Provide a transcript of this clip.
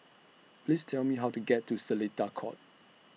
Please Tell Me How to get to Seletar Court